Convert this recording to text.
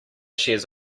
shares